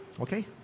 Okay